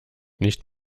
nicht